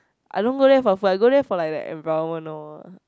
I don't go there for food I go there for like that environment loh